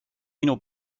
minu